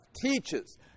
teaches